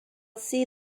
see